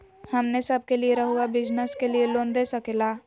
हमने सब के लिए रहुआ बिजनेस के लिए लोन दे सके ला?